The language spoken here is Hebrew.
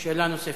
שאלה נוספת.